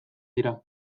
dira